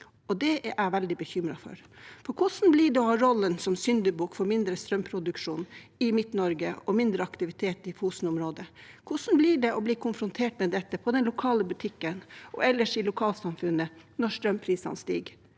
og det er jeg veldig bekymret for. Hvordan blir da rollen som syndebukk for mindre strømproduksjon i Midt-Norge og mindre aktivitet i Fosen-området? Hvordan blir det å bli konfrontert med dette på den lokale butikken og ellers i lokalsamfunnet når strømprisene stiger?